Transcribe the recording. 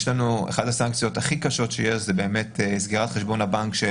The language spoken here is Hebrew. אחת הסנקציות הכי קשות שיש זה באמת סגירת חשבון הבנק של